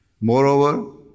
Moreover